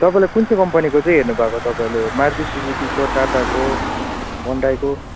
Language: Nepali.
तपाईँलाई कुन चाहिँ कम्पनीको चाहिँ हेर्नुभएको तपाईँले मारुति सुजुकीको टाटाको होन्डाइको